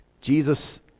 Jesus